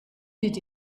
did